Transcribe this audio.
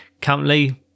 currently